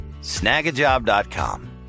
Snagajob.com